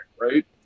right